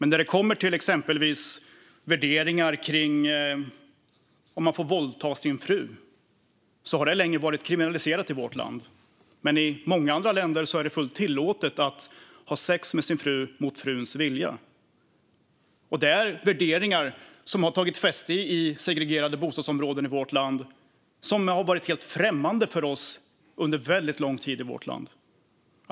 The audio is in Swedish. När det gäller exempelvis värderingar i fråga om huruvida man får våldta sin fru har detta länge varit kriminaliserat i vårt land, men i många andra länder är det fullt tillåtet att ha sex med sin fru mot fruns vilja. Dessa värderingar, som har varit helt främmande för oss under väldigt lång tid, har fått fäste i segregerade bostadsområden i vårt land.